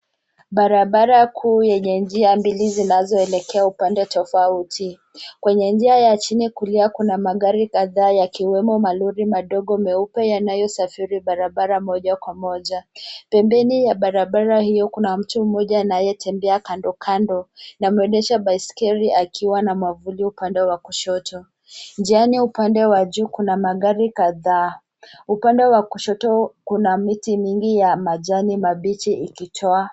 Barabara kuu yenye njia mbili zinazoelekea upande tofauti. Kwenye njia ya chini kulia kuna magari kadhaa yakiwemo malori madogo meupe yanayosafiri barabara moja kwa moja. Pembeni ya barabara hiyo kuna mtu mmoja anayetembea kandokando na mwendesha baiskeli akiwa na mwavuli upande wa kushoto. Njiani upande wa juu kuna magari kadhaa. Upande wa kushoto kuna miti mingi ya majani mabichi ikitoa.